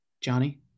Johnny